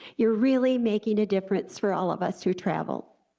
you're really making a difference for all of us who travel.